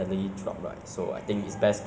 and nobody claims I would just give it